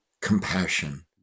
compassion